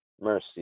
Mercy